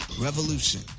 revolution